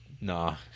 Nah